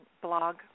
blog